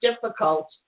difficult